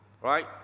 right